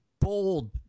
bold